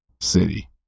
city